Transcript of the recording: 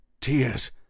tears